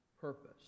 purpose